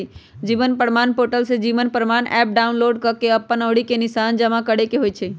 जीवन प्रमाण पोर्टल से Jeevan Pramaan app download कऽ के अप्पन अँउरी के निशान जमा करेके होइ छइ